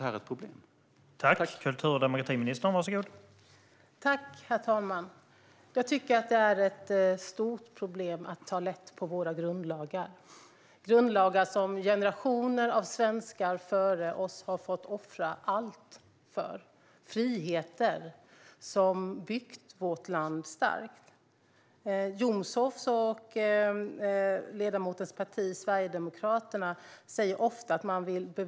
Det är en öppen och ärlig fråga.